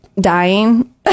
dying